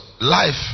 life